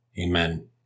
Amen